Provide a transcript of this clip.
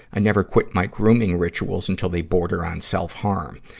i never quit my grooming rituals until they border on self-harm.